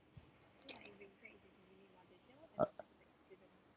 uh